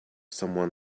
someone